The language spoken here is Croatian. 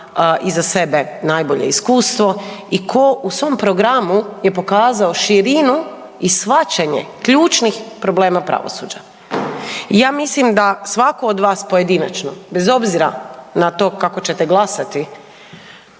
iza sebe najbolje iskustvo i tko u svom programu je pokazao širinu i shvaćanje ključnih problema pravosuđa. Ja mislim da svatko od vas pojedinačno bez obzira na to kako ćete glasati,